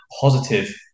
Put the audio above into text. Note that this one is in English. positive